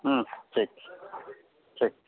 হুম ঠিক ঠিক